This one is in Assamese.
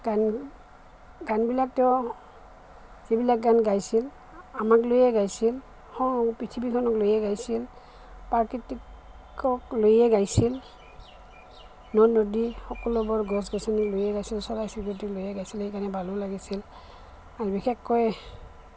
গান গানবিলাক তেওঁ যিবিলাক গান গাইছিল আমাক লৈয়ে গাইছিল পৃথিৱীখনক লৈয়ে গাইছিল প্ৰকৃতিকক লৈয়ে গাইছিল নদ নদী সকলোবোৰ গছ গছনি লৈয়ে গাইছিল চৰাই চিৰিকটিক লৈয়ে গাইছিল সেইকাৰণে ভালো লাগিছিল আৰু বিশেষকৈ